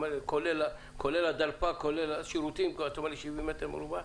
כולל כל מה שמכילה המסעדה אתה אומר 70 מטר רבוע?